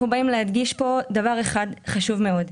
באים להדגיש פה דבר אחד חשוב מאוד.